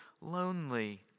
lonely